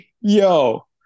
Yo